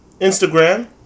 Instagram